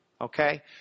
Okay